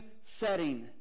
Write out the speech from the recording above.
setting